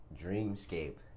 dreamscape